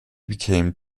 became